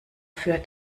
für